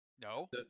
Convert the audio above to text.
no